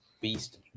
beast